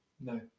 No